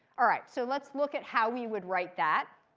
all right, so let's look at how we would write that.